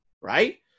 right